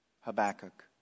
Habakkuk